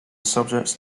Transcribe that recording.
subjects